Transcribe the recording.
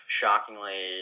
shockingly